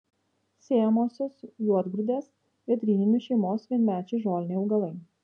sėjamosios juodgrūdės vėdryninių šeimos vienmečiai žoliniai augalai